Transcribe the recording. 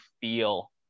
feel